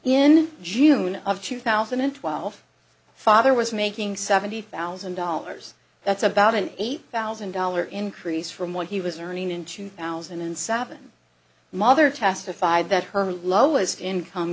in june of two thousand and twelve father was making seventy thousand dollars that's about an eight thousand dollar increase from what he was earning in two thousand and seven mother testified that her lowest income